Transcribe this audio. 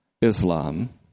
Islam